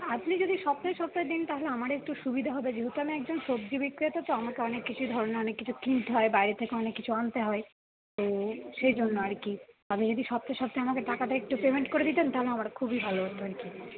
আপনি যদি সপ্তাহে সপ্তাহে দিন তাহলে আমার একটু সুবিধা হবে যেহেতু আমি একজন সবজি বিক্রেতা তো আমাকে অনেক কিছু ধরণের অনেক কিছুই কিনতে হয় বাইরে থেকে অনেক কিছু আনতে হয় তো সেইজন্য আর কি আপনি যদি সপ্তায় সপ্তায় আমাকে টাকাটা একটু পেমেন্ট করে দিতেন তাহলে আমার খুবই ভালো হতো আর কি